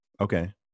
Okay